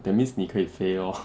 that means 你可以飞 lor